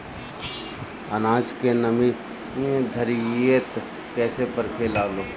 आनाज के नमी घरयीत कैसे परखे लालो?